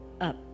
up